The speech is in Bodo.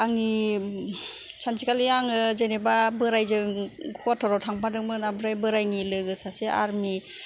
आंनि सानसेखालि आङो जेनेबा बोराइजों खवाथारआव थांफादोंमोन ओमफ्राइ बोराइनि लोगो सासे आरमि